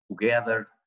together